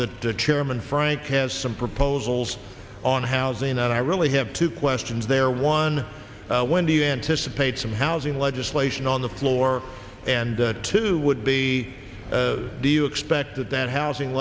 that the chairman frank has some proposals on housing and i really have two questions there one when do you anticipate some housing legislation on the floor and two would be do you expect that that housing